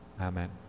amen